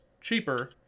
cheaper